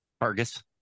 Argus